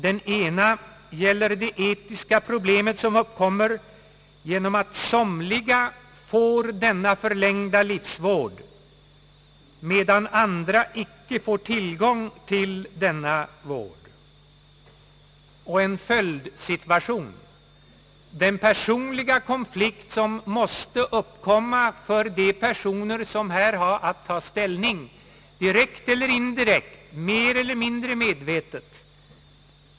Den ena frågan gäller det etiska problem som uppkommer genom att somliga får denna förlängda livsvård, medan andra icke får tillgång till denna vård. Och en följdsituation är den personliga konflikt som måste uppkomma för dem som här har att ta ställning, direkt eller indirekt, mer eller mindre medvetet.